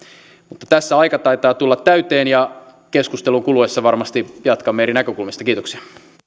mutta tässä taitaa aika tulla täyteen ja keskustelun kuluessa varmasti jatkamme eri näkökulmista kiitoksia